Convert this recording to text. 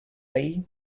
day